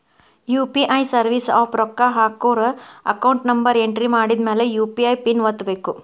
UPI service app ರೊಕ್ಕ ಹಾಕೋರ್ account number entry ಮಾಡಿದ್ಮ್ಯಾಲೆ ಯು.ಪಿ.ಐ ಪಿನ್ ಒತ್ತಬೇಕು